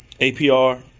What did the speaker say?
APR